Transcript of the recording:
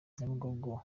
nyabugogo